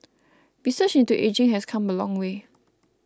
research into ageing has come a long way